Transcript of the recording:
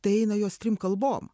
tai eina jos trim kalbom